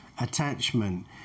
attachment